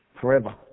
forever